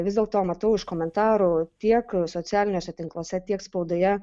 vis dėlto matau iš komentarų tiek socialiniuose tinkluose tiek spaudoje